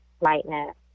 lightness